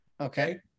Okay